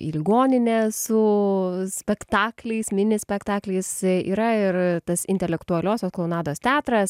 į ligoninę su spektakliais mini spektakliais yra ir tas intelektualiosios klounados teatras